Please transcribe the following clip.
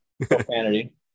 profanity